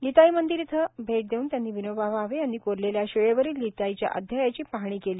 गीताई मंदिर येथे भेट देऊन त्यांनी विनोबा भावे यांनी कोरलेल्या शिळेवरील गीताई च्या अध्यायाची पाहणी केली